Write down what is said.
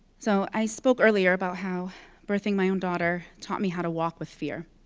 so i spoke earlier about how birthing my own daughter taught me how to walk with fear,